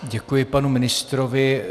Děkuji panu ministrovi.